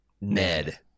ned